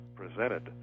presented